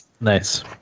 nice